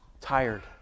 Tired